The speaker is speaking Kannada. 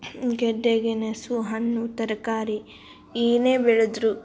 ಗೆಡ್ಡೆ ಗೆಣಸು ಹಣ್ಣು ತರಕಾರಿ ಏನೇ ಬೆಳೆದ್ರೂ